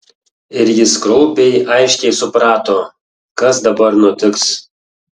ir jis kraupiai aiškiai suprato kas dabar nutiks